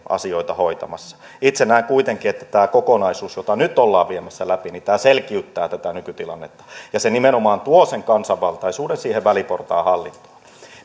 asioita hoitamassa itse näen kuitenkin että tämä kokonaisuus jota nyt ollaan viemässä läpi selkiyttää nykytilannetta ja se nimenomaan tuo kansanvaltaisuuden siihen väliportaan hallintoon